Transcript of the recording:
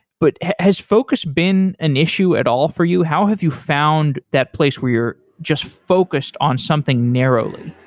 but has focus been an issue at all for you? how have you found that place where you're just focused on something narrowly?